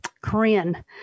Korean